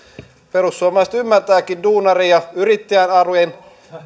perussuomalaiset ymmärtääkin duunaria yrittäjän arjen